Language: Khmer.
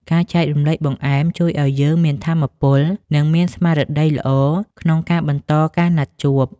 ការចែករំលែកបង្អែមជួយឱ្យយើងមានថាមពល និងមានស្មារតីល្អក្នុងការបន្តការណាត់ជួប។